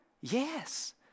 Yes